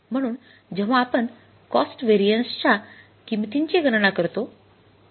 म्हणून जेव्हा आपण कॉस्ट व्हेरिएन्सच्या किंमतींची गणना करतो